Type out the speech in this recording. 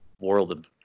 world